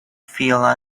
feel